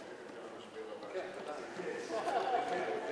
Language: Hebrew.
השר מיקי איתן, בבקשה, בשם הממשלה.